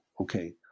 okay